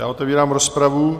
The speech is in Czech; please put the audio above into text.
Otevírám rozpravu.